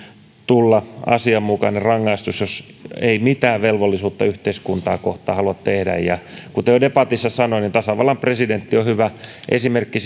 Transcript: tulla asianmukainen rangaistus jos ei mitään velvollisuutta yhteiskuntaa kohtaan halua tehdä ja kuten jo debatissa sanoin tasavallan presidentti on hyvä esimerkki